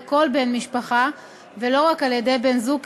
כל בן משפחה ולא רק על-ידי בן-זוג,